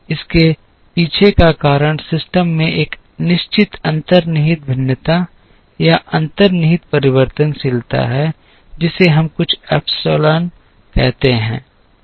इसके पीछे का कारण सिस्टम में एक निश्चित अंतर्निहित भिन्नता या अंतर्निहित परिवर्तनशीलता है जिसे हम कुछ एप्सिलॉन कहते हैं